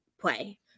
play